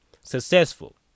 successful